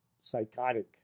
psychotic